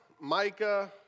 Micah